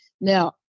Now